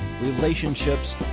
relationships